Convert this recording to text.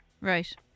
Right